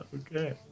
Okay